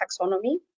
taxonomy